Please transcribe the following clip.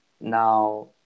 now